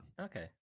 okay